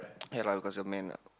ya lah because you are man ah